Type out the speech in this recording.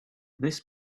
this